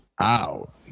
out